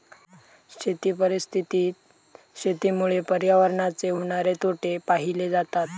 शेती परिस्थितीत शेतीमुळे पर्यावरणाचे होणारे तोटे पाहिले जातत